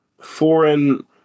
foreign